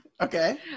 okay